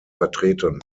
vertreten